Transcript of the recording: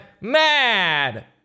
mad